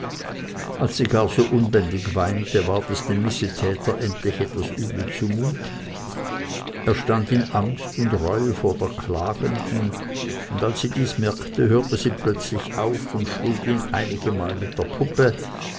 als sie gar so unbändig weinte ward es dem missetäter endlich etwas übel zu mut und er stand in angst und reue vor der klagenden und als sie dies merkte hörte sie plötzlich auf und schlug ihn einigemal mit der puppe